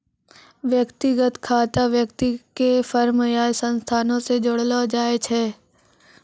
व्यक्तिगत खाता व्यक्ति के फर्म या संस्थानो से जोड़लो जाय छै